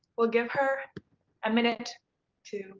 we'll give her a minute to